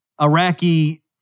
Iraqi